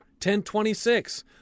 1026